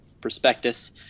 prospectus